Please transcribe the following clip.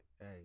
hey